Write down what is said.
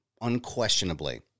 Unquestionably